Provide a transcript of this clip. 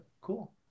cool